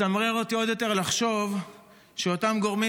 מצמרר אותי עוד יותר לחשוב שאותם גורמים